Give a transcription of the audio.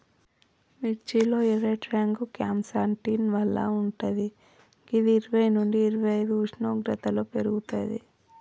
మిర్చి లో ఎర్రటి రంగు క్యాంప్సాంటిన్ వల్ల వుంటది గిది ఇరవై నుండి ఇరవైఐదు ఉష్ణోగ్రతలో పెర్గుతది